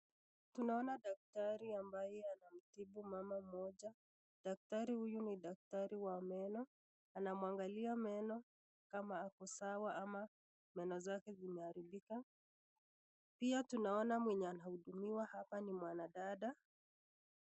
Tunaona daktari ambaye anamtibu mama mmoja, daktari huyu ni daktari wa meno, anamwangalia meno kama ako sawa ama meno zake zimeharibika, pia tunaona mwenye anahudumiwa hapa ni mwanadada.